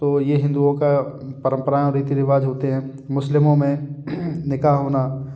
तो यह हिन्दुओं का परम्पराएँ और रीति रिवाज होते हैं मुस्लिमों में निकाह होना